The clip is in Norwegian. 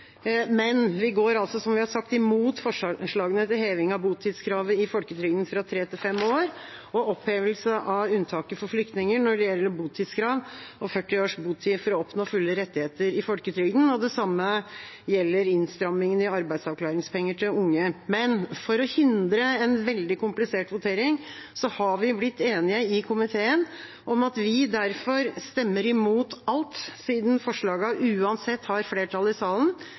men vi går altså, som vi har sagt, imot forslagene om heving av botidskravet i folketrygden fra tre til fem år, opphevelse av unntaket for flyktninger når det gjelder botidskrav, og 40 års botid for å oppnå fulle rettigheter i folketrygden. Det samme gjelder innstrammingene i arbeidsavklaringspengene til unge. Men for å hindre en veldig komplisert votering har vi blitt enige i komiteen om at vi derfor stemmer imot alt, siden forslagene uansett har flertall i salen.